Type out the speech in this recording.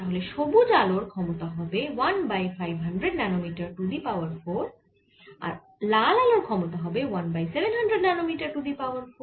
তাহলে সবুজ আলোর ক্ষমতা হবে 1 by 500 nanometre to the power 4 আর লাল আলোর ক্ষমতা হবে 1 by 700 nanometre to the power 4